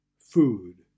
food